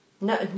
No